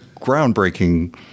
groundbreaking